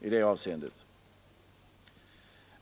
i det avseendet.